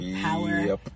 power